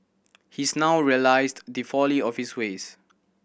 he's now realised the folly of his ways